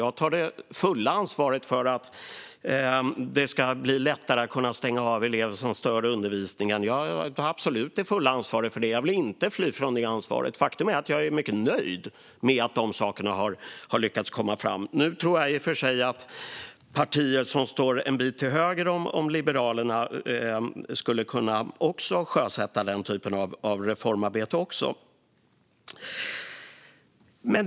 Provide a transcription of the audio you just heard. Jag tar fullt ansvar för att det ska bli lättare att stänga av elever som stör undervisningen. Jag tar absolut fullt ansvar för det och vill inte fly från det. Faktum är att jag är mycket nöjd med att ha lyckats få fram de sakerna. Jag tror i och för sig att partier som står en bit till höger om Liberalerna också skulle kunna sjösätta den typen av reformarbete. Fru talman!